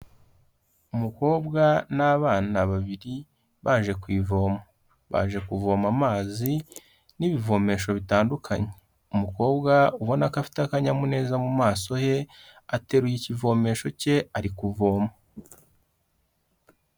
Umukobwa n'abana babiri baje ku ivomo, baje kuvoma amazi n'ibivomesho bitandukanye, umukobwa ubona ko afite akanyamuneza mu maso he ateruye ikivomesho ke ari kuvoma.